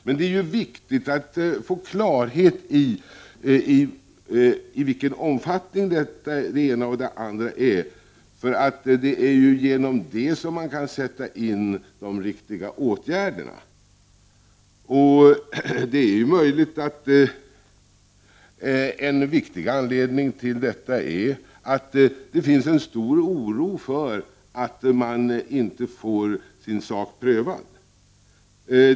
Men det är viktigt att man får klarhet i omfattningen av det ena och det andra. Då kan man ju vidta de riktiga åtgärderna. Det är möjligt att en viktig anledning till dokumentlösheten är att det finns en stor oro bland dessa människor för att de inte skall få sin sak prövad.